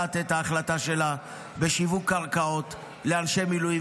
את ההחלטה שלה בשיווק קרקעות לאנשי מילואים,